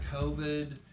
COVID